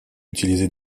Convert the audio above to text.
utilisée